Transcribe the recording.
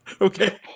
Okay